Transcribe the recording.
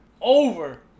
over